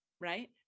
right